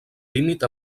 límit